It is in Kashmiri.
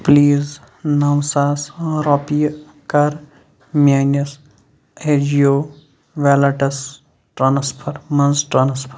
پُلیٖز نو ساس رۄپیہِ کَر میٛٲنِس اَجِیو ویلٹس ٹرٛانٕسفر مَنٛز ٹرٛانٕسفر